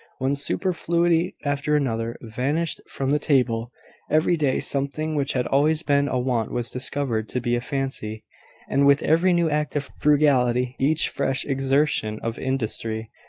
one superfluity after another vanished from the table every day something which had always been a want was discovered to be a fancy and with every new act of frugality, each fresh exertion of industry,